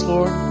Lord